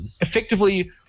effectively